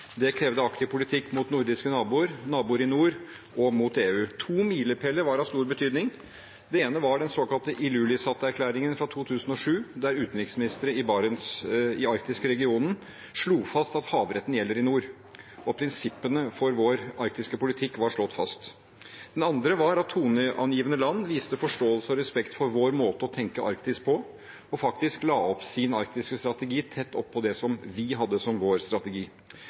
Det krevde aktiv politikk inn mot nordiske naboer, naboer i nord og inn mot EU. To milepæler var av stor betydning. Den ene var den såkalte Ilulissat-erklæringen fra 2008, der utenriksministre i den arktiske regionen slo fast at havretten gjelder i nord. Prinsippene for vår arktiske politikk var slått fast. Den andre var at toneangivende land viste forståelse og respekt for vår måte å tenke på Arktis på, og faktisk la sin arktiske strategi tett opp til det som vi hadde som vår strategi.